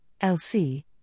LC